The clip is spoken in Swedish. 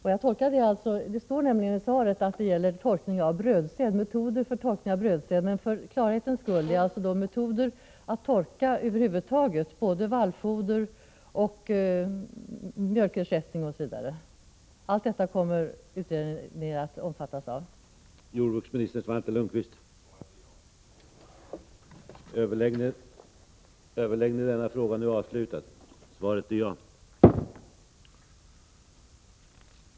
Herr talman! Det står i svaret att undersökningen skall gälla metoder för torkning av spannmål. För klarhetens skull vill jag gärna få bekräftat att undersökningen över huvud taget gäller metoder att torka vallfoder, mjölkersättning osv. Kommer undersökningen att omfatta allt detta?